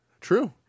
True